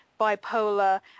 bipolar